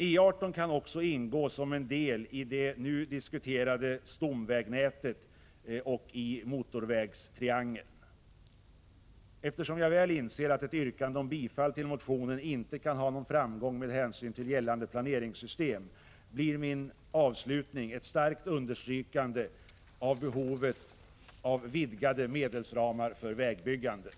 E 18 kan också ingå som en del i det nu diskuterade stomvägnätet och i motorvägstriangeln. Eftersom jag väl inser att ett yrkande om bifall till motionen inte kan ha någon framgång med hänsyn till gällande planeringssystem, blir min avslutning ett starkt understrykande av behovet av vidgade medelsramar för vägbyggandet.